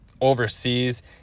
overseas